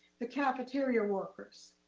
the cafeteria workers,